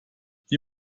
die